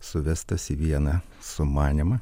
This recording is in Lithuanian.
suvestas į vieną sumanymą